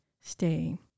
stay